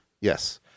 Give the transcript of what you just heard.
Yes